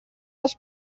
als